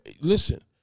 Listen